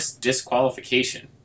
disqualification